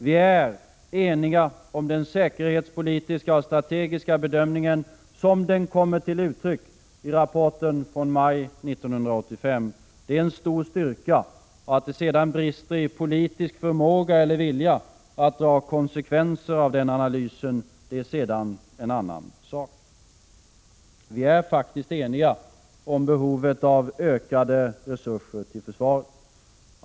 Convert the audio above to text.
Vi är eniga om den säkerhetspolitiska och strategiska bedömningen som den kommer till uttryck i rapporten från maj 1985. Det är en stor styrka. Att det sedan brister i politisk förmåga eller vilja att dra konsekvenser av den analysen är en annan sak. Vi är eniga om behovet av ökade resurser till försvaret.